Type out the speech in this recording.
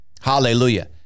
Hallelujah